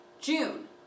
June